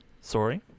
sorry